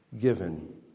given